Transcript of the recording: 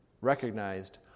recognized